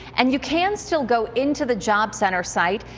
and you can still go into the job center site.